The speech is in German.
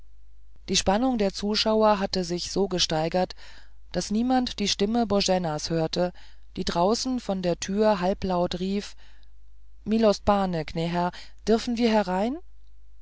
die spannung der zuschauer hatte sich so gesteigert daß niemand die stimme boenas hörte die draußen vor der tür halblaut rief milostpane gnä herr dirfen wir herein